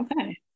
Okay